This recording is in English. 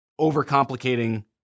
overcomplicating